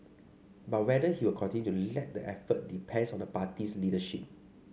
but whether he will continue to lead the effort depends on the party's leadership